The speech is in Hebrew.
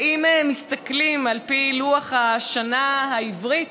ואם הם מסתכלים על פי לוח השנה העברי,